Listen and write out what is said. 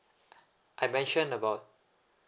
I mention about